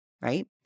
Right